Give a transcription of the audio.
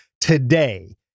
today